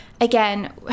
Again